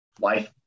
life